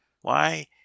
Why